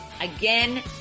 again